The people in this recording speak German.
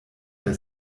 der